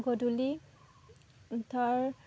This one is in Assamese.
গধূলি ধৰ